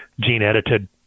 gene-edited